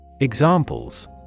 Examples